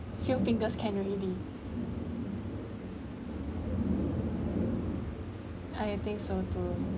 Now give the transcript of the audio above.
show fingers can already I think so too